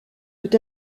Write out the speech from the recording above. peut